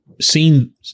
seen